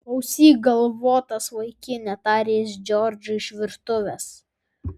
klausyk galvotas vaikine tarė jis džordžui iš virtuvės